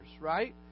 right